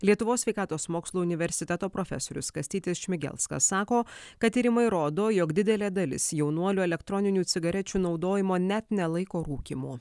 lietuvos sveikatos mokslų universiteto profesorius kastytis šmigelskas sako kad tyrimai rodo jog didelė dalis jaunuolių elektroninių cigarečių naudojimo net nelaiko rūkymu